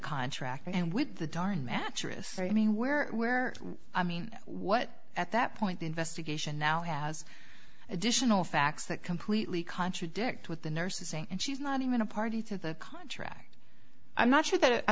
contractor and with the darn mattress i mean where where i mean what at that point the investigation now has additional facts that completely contradict with the nursing and she's not even a party to the contract i'm not sure that i